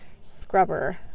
scrubber